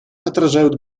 отражают